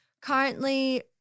Currently